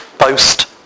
boast